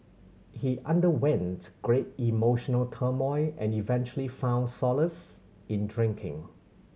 he underwent great emotional turmoil and eventually found solace in drinking